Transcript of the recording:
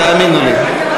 תאמיני לי.